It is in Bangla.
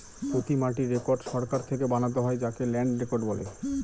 প্রতি মাটির রেকর্ড সরকার থেকে বানাতে হয় যাকে ল্যান্ড রেকর্ড বলে